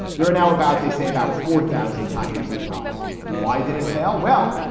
there are now about, they say, about four thousand tigers in the wild. why did it fail? well.